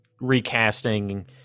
recasting